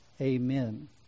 amen